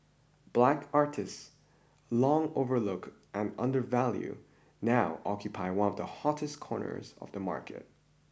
black artists long overlooked and undervalued now occupy one of the hottest corners of the market